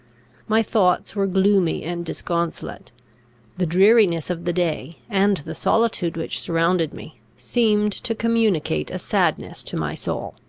my thoughts were gloomy and disconsolate the dreariness of the day, and the solitude which surrounded me, seemed to communicate a sadness to my soul.